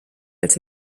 als